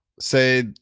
say